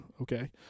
okay